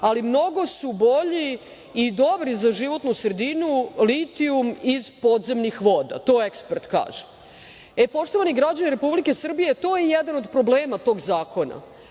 ali mnogo su bolji i dobri za životnu sredinu litijum iz podzemnih voda. To ekspert kaže. Poštovani građani Republike Srbije, to je jedan od problema tog zakona